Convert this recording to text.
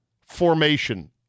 formation